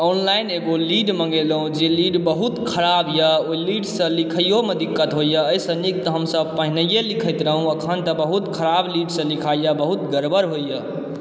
online एगो lead मॅंगेलहुॅं जे लीड बहुत खराब यऽ ओहि लीड सऽ लिखियोमे दिक्कत होइया एहि सॅं नीक तऽ हम सब पहिनैये लिखैत रहुॅं एखन तऽ बहुत ख़राब लीड सॅं लिखाइया बहुत गड़बड़ होइया